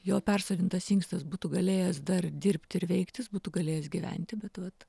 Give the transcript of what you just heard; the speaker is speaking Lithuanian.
jo persodintas inkstas būtų galėjęs dar dirbti ir veikti jis būtų galėjęs gyventi bet vat